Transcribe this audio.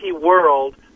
world